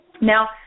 Now